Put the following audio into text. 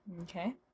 Okay